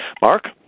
Mark